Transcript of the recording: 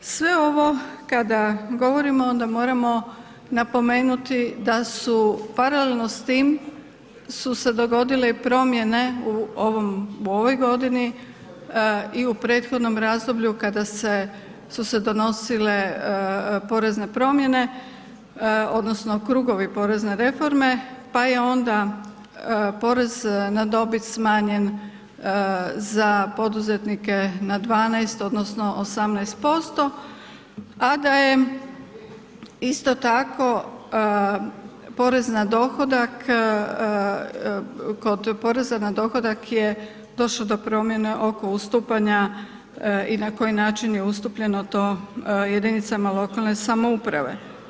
Sve ovo kada govorimo onda moramo napomenuti da su paralelno s tim su se dogodile i promjene u ovoj godini i u prethodnom razdoblju kada su se donosile porezne promjene odnosno krugovi porezne reforme pa je onda porez na dobit smanjen za poduzetnike na 12 odnosno 18%,a da je isto tako porez na dohodak kod poreza na dohodak je došlo do promjene oko ustupanja i na koji način je ustupljeno to jedinicama lokalne samouprave.